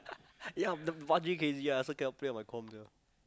ya the bungee crazy right so cannot play on my com sia